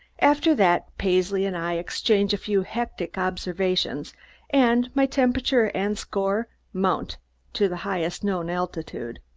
after that, paisley and i exchange a few hectic observations and my temperature and score mount to the highest known altitude.